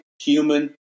Human